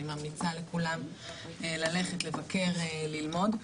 אני ממליצה לכולם ללכת לבקר, ללמוד.